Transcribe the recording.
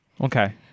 okay